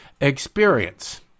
experience